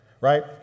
right